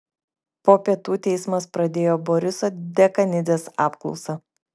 po pietų teismas pradėjo boriso dekanidzės apklausą